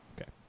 Okay